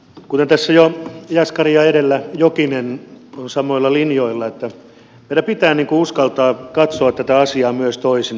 kuten tässä jo jaskaria edellä jokinen olen samoilla linjoilla että meidän pitää uskaltaa katsoa tätä asiaa myös toisin